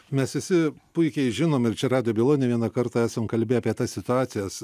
mes visi puikiai žinom ir čia rado byloj ne vieną kartą esam kalbėję apie tas situacijas